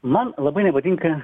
man labai nepatinka